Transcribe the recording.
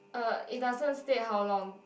uh it doesn't state how long